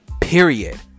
Period